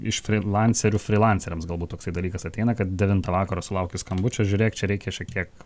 iš frylancerių frylanceriams galbūt toksai dalykas ateina kad devintą vakaro sulauki skambučio žiūrėk čia reikia šiek tiek